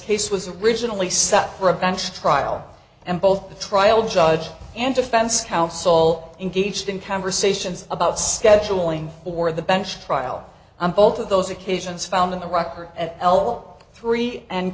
scase was originally set for a bench trial and both the trial judge and defense house all engaged in conversations about scheduling or the bench trial and both of those occasions found in the record at l three and